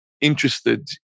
interested